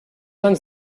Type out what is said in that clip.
anys